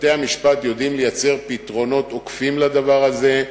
בתי-המשפט יודעים לייצר פתרונות עוקפים לדבר הזה,